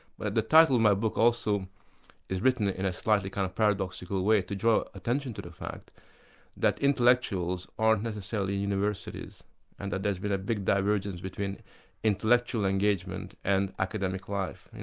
but the title of my book also is written ah in a slightly kind of paradoxical way to draw attention to the fact that intellectuals aren't necessarily in universities and that there has been a big divergence between intellectual engagement and academic life.